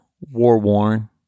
war-worn